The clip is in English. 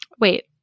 Wait